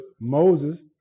Moses